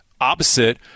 opposite